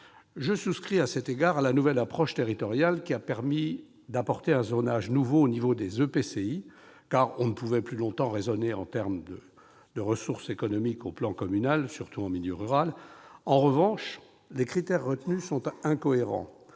Je souscris, à cet égard, à la nouvelle approche territoriale qui a permis d'instaurer un zonage nouveau au niveau des EPCI, car on ne pouvait plus longtemps raisonner en termes de ressources économiques, à l'échelon communal, surtout en milieu rural. En revanche, les critères retenus sont incohérents.